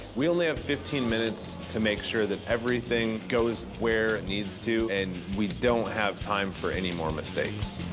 we only have fifteen minutes to make sure that everything goes where it needs to. and we don't have time for any more mistakes.